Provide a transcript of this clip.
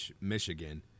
Michigan